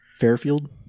fairfield